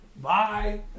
Bye